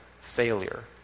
failure